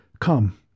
Come